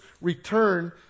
return